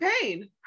pain